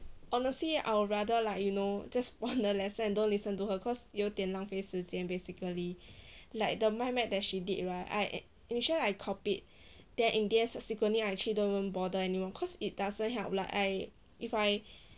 honestly I would rather like you know just pon the lesson and don't listen to her cause 有点浪费时间 basically like the mind map that she did right I initially I copied then in the end subsequently I actually don't even bother anymore cause it doesn't help lah I if I